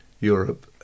Europe